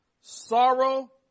sorrow